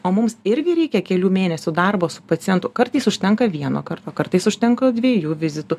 o mums irgi reikia kelių mėnesių darbo su pacientu kartais užtenka vieno karto kartais užtenka dviejų vizitų